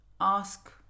ask